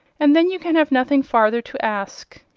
and then you can have nothing farther to ask.